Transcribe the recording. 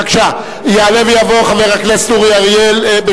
בבקשה, יעלה ויבוא חבר הכנסת אורי אריאל.